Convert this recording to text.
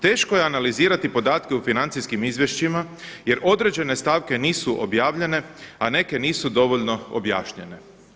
Teško je analizirati podatke u financijskim izvješćima jer određene stavke nisu objavljene, a neke nisu dovoljno objašnjenje“